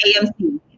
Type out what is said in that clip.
AMC